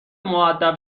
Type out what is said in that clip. مودب